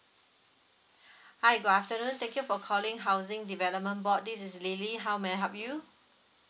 hi good afternoon thank you for calling housing development board this is lily how may I help you